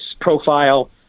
profile